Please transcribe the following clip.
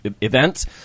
events